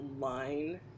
line